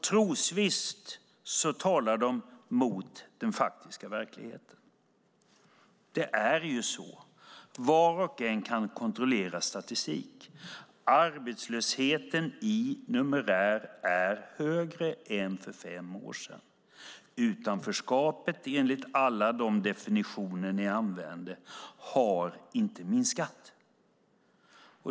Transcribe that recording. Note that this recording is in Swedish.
Trosvisst talar de mot den faktiska verkligheten. Det är ju så - var och en kan kontrollera statistiken - att arbetslösheten i numerär är högre än för fem år sedan och att utanförskapet enligt alla de definitioner som ni använder inte har minskat.